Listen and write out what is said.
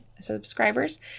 subscribers